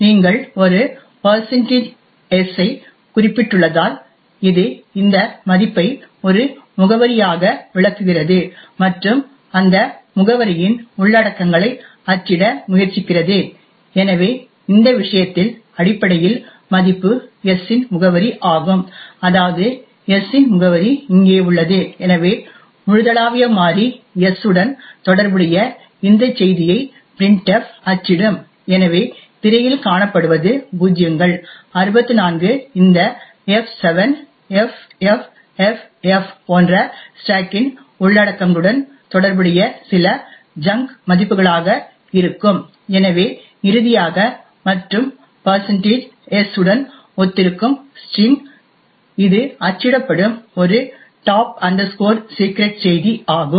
நீங்கள் ஒரு s ஐக் குறிப்பிட்டுள்ளதால் இது இந்த மதிப்பை ஒரு முகவரியாக விளக்குகிறது மற்றும் அந்த முகவரியின் உள்ளடக்கங்களை அச்சிட முயற்சிக்கிறது எனவே இந்த விஷயத்தில் அடிப்படையில் மதிப்பு s இன் முகவரி ஆகும் அதாவது s இன் முகவரி இங்கே உள்ளது எனவே முழுதளாவிய மாறி s உடன் தொடர்புடைய இந்த செய்தியை printf அச்சிடும் எனவே திரையில் காணப்படுவது பூஜ்ஜியங்கள் 64 இந்த f7 ffff போன்ற ஸ்டேக்கின் உள்ளடக்கங்களுடன் தொடர்புடைய சில ஜங்க் மதிப்புகளாக இருக்கும் எனவே இறுதியாக மற்றும் s உடன் ஒத்திருக்கும் ஸ்டிரிங் இது அச்சிடப்படும் ஒரு டாப் செக்ரெட் top secret செய்தி ஆகும்